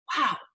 wow